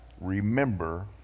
remember